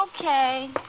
Okay